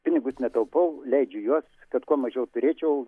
pinigus netaupau leidžiu juos kad kuo mažiau turėčiau